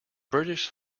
british